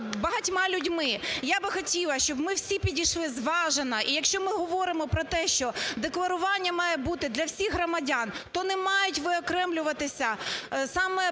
я би хотіла, щоб ми всі підійшли зважено. І якщо ми говоримо про те, що декларування має бути для всіх громадян, то не мають виокремлюватися